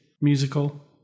musical